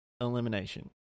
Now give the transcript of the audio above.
elimination